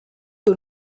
que